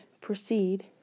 proceed